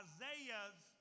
Isaiah's